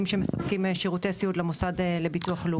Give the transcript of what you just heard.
שמספקים שירותי סיעוד למוסד לביטוח לאומי.